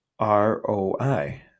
ROI